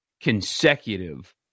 consecutive